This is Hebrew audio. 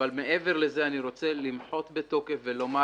אבל מעבר לזה אני רוצה למחות בתוקף ולומר